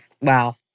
wow